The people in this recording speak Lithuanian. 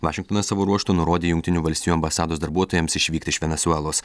vašingtonas savo ruožtu nurodė jungtinių valstijų ambasados darbuotojams išvykti iš venesuelos